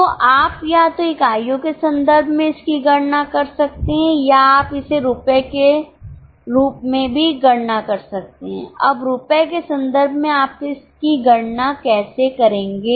तो आप या तो इकाइयों के संदर्भ में इसकी गणना कर सकते हैं या आप इसे रुपये के रूप में भी गणना कर सकते हैं अब रुपये के संदर्भ में आप इसकी गणना कैसे करेंगे